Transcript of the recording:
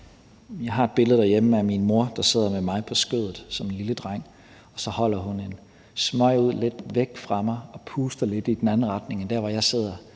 Jeg har et billede derhjemme af min mor, der sidder med mig som lille dreng på skødet, og så holder hun en smøg ud lidt væk fra mig og puster lidt i den anden retning end der, hvor jeg sidder.